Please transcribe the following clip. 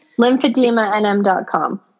LymphedemaNM.com